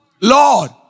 Lord